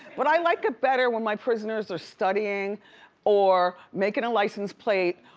but i like it better when my prisoners are studying or making a license plate,